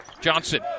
Johnson